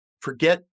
Forget